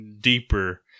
deeper